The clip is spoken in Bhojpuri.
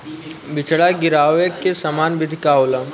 बिचड़ा गिरावे के सामान्य विधि का होला?